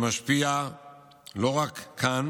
שמשפיע לא רק כאן